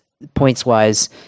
Points-wise